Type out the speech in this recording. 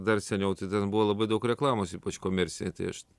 dar seniau tai ten buvo labai daug reklamos ypač komercinėj tai aš